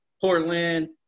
Portland